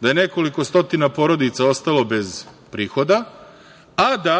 da je nekoliko stotina porodica ostalo bez prihoda, a da